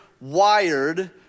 Wired